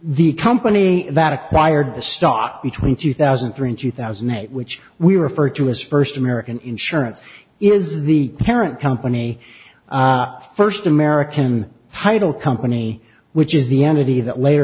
the company that acquired the stock between two thousand and three and two thousand and eight which we refer to as first american insurance is the parent company first american title company which is the entity that later